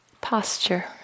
posture